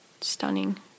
stunning